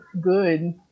good